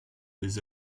des